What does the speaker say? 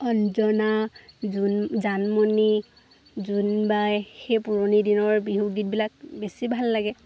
অঞ্জনা জো জানমণি জোনবাই সেই পুৰণি দিনৰ বিহু গীতবিলাক বেছি ভাল লাগে